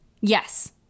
Yes